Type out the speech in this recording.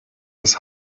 das